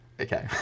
Okay